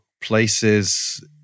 places